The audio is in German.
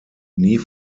nie